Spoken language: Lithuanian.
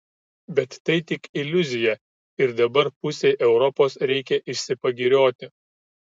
bet tai tik iliuzija ir dabar pusei europos reikia išsipagirioti